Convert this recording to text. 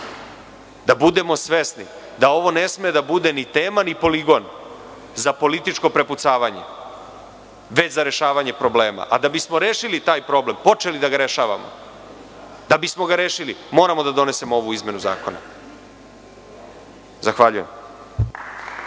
da budemo svesni da ovo ne sme da bude ni tema, ni poligon za političko prepucavanje već za rešavanje problema. A da bismo rešili taj problem, počeli da ga rešavamo, da bismo ga rešili moramo da donesemo ovu izmenu zakona. Zahvaljujem.